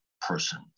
person